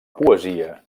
poesia